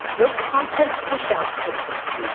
they're content push out systems.